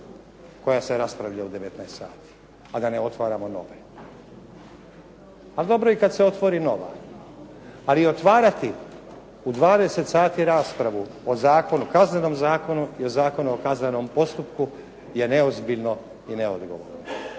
koja se raspravlja u 19 sati, a da ne otvaramo nove. Ali dobro je i kad se otvori nova. Ali otvarati u 20 sati raspravu o zakonu, Kaznenom zakonu i o Zakonu o kaznenom postupku je neozbiljno i neodgovorno.